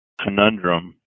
conundrum